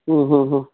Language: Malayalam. മ്മ് മ് ഹ